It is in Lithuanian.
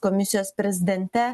komisijos prezidente